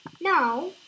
now